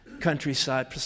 countryside